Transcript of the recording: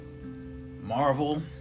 Marvel